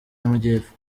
y’amajyepfo